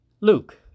Luke